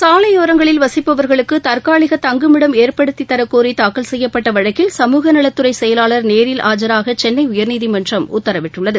சாலையோரங்களில் வசிப்பவர்களுக்கு தற்காலிக தங்குமிடம் ஏற்படுத்தித்தர கோரி தாக்கல் செய்யப்பட்ட வழக்கில் சமூக நலத்துறை செயலாளா் நேரில் ஆஜராக சென்னை உயா்நீதிமன்றம் உத்தரவிட்டுள்ளது